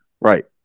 right